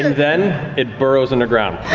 then it burrows underground.